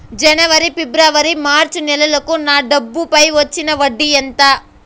జనవరి, ఫిబ్రవరి, మార్చ్ నెలలకు నా డబ్బుపై వచ్చిన వడ్డీ ఎంత